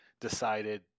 decided